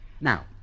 Now